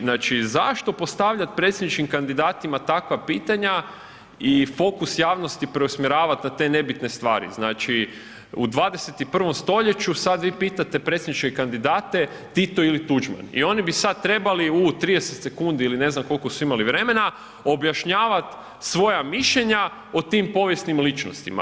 Znači zašto postavljat predsjedničkim kandidatima takva pitanja i fokus javnosti preusmjeravati na te nebitne stvari, znači u 21. st. sad vi pitate predsjedničke kandidate Tito ili Tuđman i oni bi sad trebali u 30 sekundi ili ne znam koliko su imali vremena, objašnjavati svoja mišljenja o tim povijesnim ličnostima.